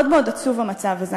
מאוד עצוב, המצב הזה.